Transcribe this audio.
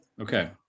Okay